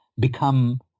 become